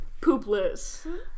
poopless